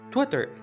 Twitter